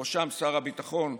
ובראשם שר הביטחון,